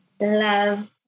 love